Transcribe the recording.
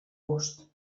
gust